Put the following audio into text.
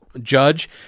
judge